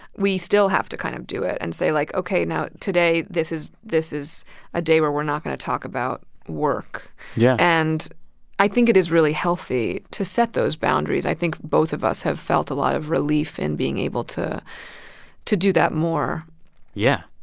we still have to kind of do it and say like, ok, now, today, this is this is a day where we're not going to talk about work yeah and i think it is really healthy to set those boundaries. i think both of us have felt a lot of relief in being able to to do that more yeah,